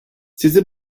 sizi